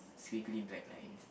three green black lines